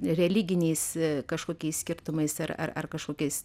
religiniais kažkokiais skirtumais ar ar ar kažkokiais